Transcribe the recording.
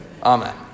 Amen